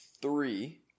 three